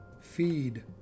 feed